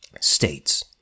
states